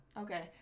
Okay